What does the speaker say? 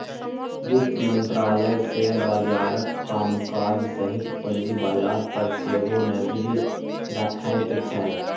वित्त मंत्रालय शेयर बाजारक कामकाज सहित पूंजी बाजार पर सेहो नजरि रखैत छै